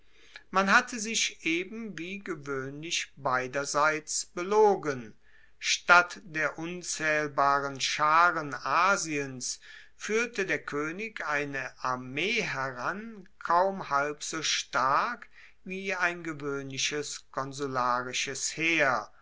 man hatte sich eben wie gewoehnlich beiderseits belogen statt der unzaehlbaren scharen asiens fuehrte der koenig eine armee heran kaum halb so stark wie ein gewoehnliches konsularisches heer